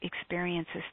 experiences